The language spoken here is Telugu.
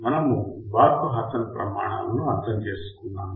మనము బార్క్ హాసన్ ప్రమాణాలను అర్థం చేసుకున్నాము